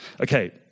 Okay